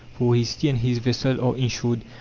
for his tea and his vessel are insured,